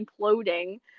imploding